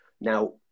Now